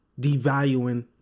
devaluing